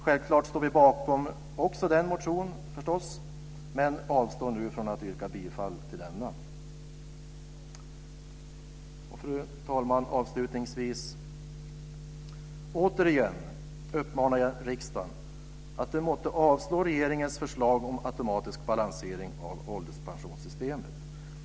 Självklart står vi också bakom den motionen, men jag avstår nu från att yrka bifall till den. Fru talman! Avslutningsvis uppmanar jag återigen riksdagen att avslå regeringens förslag om automatisk balansering av ålderspensionssystemet.